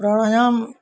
प्राणायाम